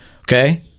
okay